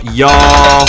y'all